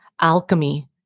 alchemy